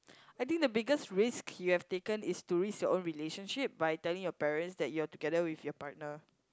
I think the biggest risk you have taken is to risk your own relationship by telling your parents that you are together with your partner